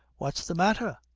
what's the matter?